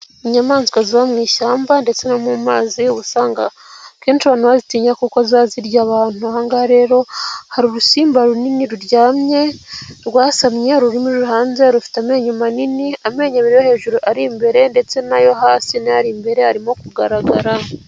Inyamaswa ziba mu ishyamba ndetse no mu mazi uba usanga kenshi abantu bazitinya kuko ziba zirya abantu. Ahangaha rero hari urusimba runini ruryamye rwasamye ururimi ruhanze rufite amenyo manini amenyo abiri yo hejuru ari imbere ndetse n'ayo hasi n'ayo ari imbere arimo kugaragara.